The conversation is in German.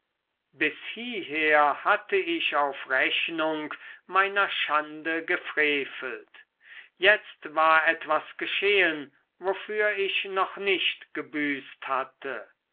bis hieher hatte ich auf rechnung meiner schande gefrevelt jetzt war etwas geschehen wofür ich noch nicht gebüßt hatte